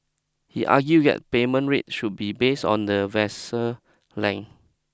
he argued that payment rate should be based on the vessel length